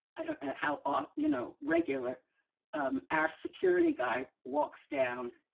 i don't know how off, you know, regular um our security guy walks down